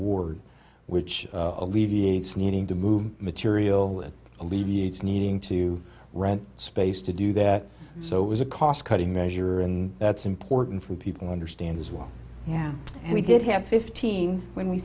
ward which alleviates needing to move material it alleviates needing to rent space to do that so it was a cost cutting measure and that's important for people understand as well yeah we did have fifteen when we